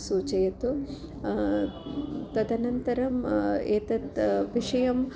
सूचयतु तदनन्तरम् एतद्विषयं